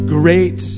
great